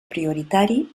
prioritari